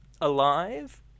alive